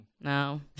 no